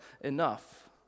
enough